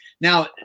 Now